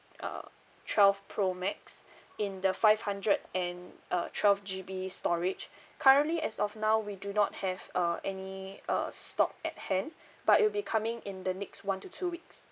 uh twelve pro max in the five hundred and uh twelve G_B storage currently as of now we do not have uh any uh stock at hand but it'll be coming in the next one to two weeks